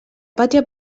pàtria